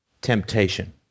temptation